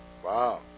Wow